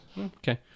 okay